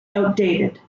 outdated